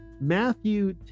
Matthew